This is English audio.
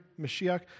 Mashiach